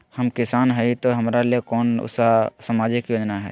हम किसान हई तो हमरा ले कोन सा सामाजिक योजना है?